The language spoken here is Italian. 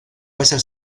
western